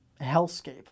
hellscape